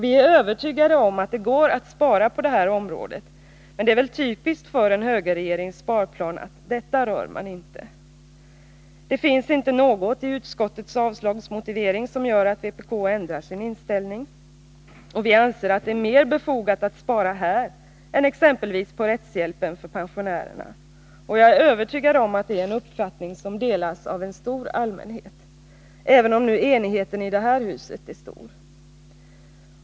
Vi är övertygade om att det går att spara på detta område, men det är väl typiskt för en högerregerings sparplan att man inte rör detta. Det finns inte något i utskottets avslagsmotivering som gör att vpk ändrar sin inställning. Vi anser att det är mer befogat att spara här än på exempelvis rättshjälpen för pensionärerna. Jag är övertygad om att det är en uppfattning som delas av en stor allmänhet, även om nu enigheten i det här huset är stor.